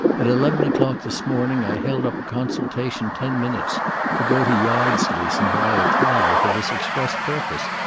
at eleven o'clock this morning i held up a consultation ten minutes to go to yardsleys and buy a tie, for this express purpose.